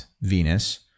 Venus